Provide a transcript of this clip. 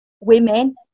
women